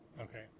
Okay